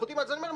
אז אני אומר,